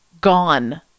gone